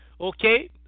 Okay